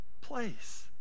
place